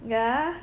ya